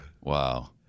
Wow